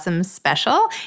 Special